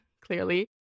clearly